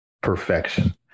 perfection